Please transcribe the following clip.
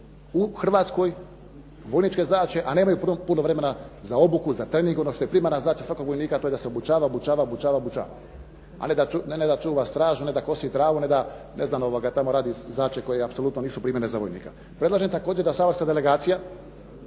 u Hrvatskoj, vojničke zadaće, a nemaju puno vremena za obuku, za trening. Ono što je primarna zadaća svakog vojnika je to da se obučava, obučava, obučava. A ne da čuva stražu, ne da kosi travu, ne da tamo radi zadaće koje apsolutno nisu primjerene za vojnika. Predlažem također da saborska delegacija